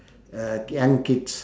uh k~ young kids